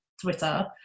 Twitter